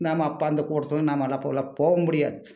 நாம அப்போ அந்த கூட்டத்தில் நாமள்லாம் போகலாம் போக முடியாது